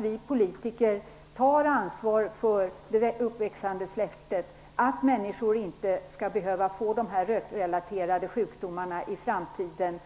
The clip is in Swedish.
Vi politiker måste ta ansvar för det uppväxande släktet så att människor inte skall behöva få rökrelaterade sjukdomar i framtiden.